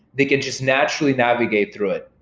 they can just naturally navigate through it.